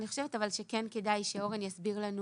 אני חושבת שכדאי שאורן יסביר לנו